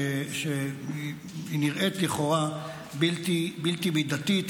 שנראית לכאורה בלתי מידתית,